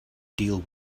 deal